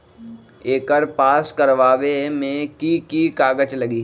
एकर पास करवावे मे की की कागज लगी?